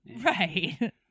Right